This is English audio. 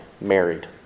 married